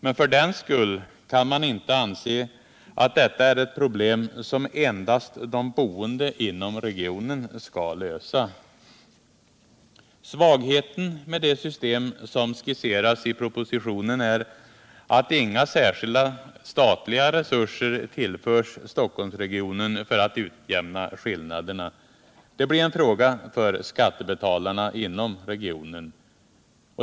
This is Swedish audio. Men för den skull kan man inte anse att detta är ett problem som endast de boende inom regionen skall lösa. Svagheten med det system som skisseras i propositionen är att inga särskilda statliga resurser tillförs Stockholmsregionen för att utjämna skillnaderna. Det blir en fråga för skattebetalarna inom regionen.